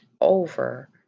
over